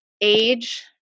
age